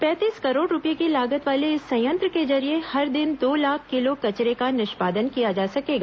पैंतीस करोड़ रुपये की लागत वाले इस संयंत्र के जरिये हर दिन दो लाख किलो कचरे का निष्पादन किया जा सकेगा